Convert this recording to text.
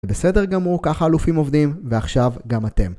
בסדר גמור, ככה אלופים עובדים, ועכשיו גם אתם